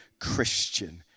Christian